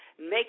make